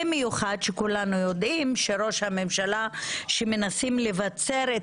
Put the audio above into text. במיוחד כשכולנו יודעים שראש הממשלה שמנסים לבצר את